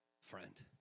friend